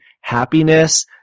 happiness